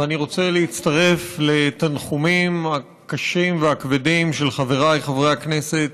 ואני רוצה להצטרף לתנחומים הקשים והכבדים של חבריי חברי הכנסת